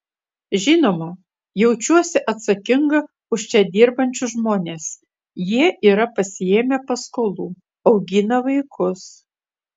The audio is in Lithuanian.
žinoma jaučiuosi atsakinga už čia dirbančius žmones jie yra pasiėmę paskolų augina vaikus